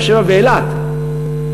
באר-שבע ואילת,